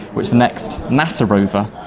which the next nasa rover,